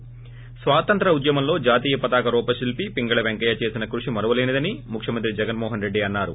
ి స్వాతంత్ర్య ఉద్యమంలో జాతీయ పతాక రూపశిల్సి పింగళి పెంకయ్య చేసిన కృష్ మరువలేనిదని ముఖ్యమంత్రి జగన్మోహన్రెడ్డి అన్నారు